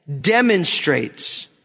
demonstrates